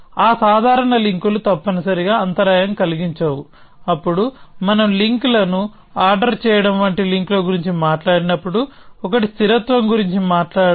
ఆ సాధారణ లింకులు తప్పనిసరిగా అంతరాయం కలిగించవు అప్పుడు మనం లింక్ ల ను ఆర్డర్ చేయడం వంటి లింకుల గురించి మాట్లాడినప్పుడు ఒకటి స్థిరత్వం గురించి మాట్లాడటం